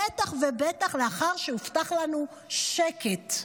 בטח ובטח לאחר שהובטח לנו שקט.